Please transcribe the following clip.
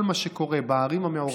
כל מה שקורה בערים המעורבות,